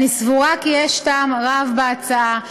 אני סבורה כי יש טעם רב בהצעה.